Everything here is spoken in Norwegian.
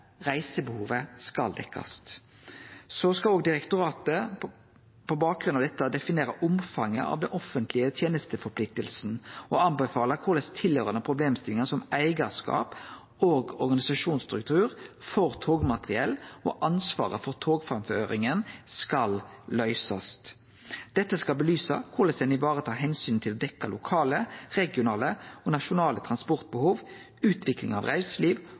reisebehovet skal dekkast. Direktoratet skal òg, på bakgrunn av dette, definere omfanget av den offentlege tenesteforpliktinga og anbefale korleis tilhøyrande problemstillingar, som eigarskap og organisasjonsstruktur for togmateriell og ansvaret for togframføringa, skal løysast. Dette skal belyse korleis ein varetar omsynet til å dekkje lokale, regionale og nasjonale transportbehov, utviklinga av reiseliv